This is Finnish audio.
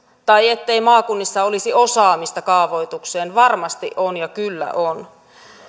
tai ettei maakunnissa olisi osaamista kaavoituksessa varmasti on ja kyllä on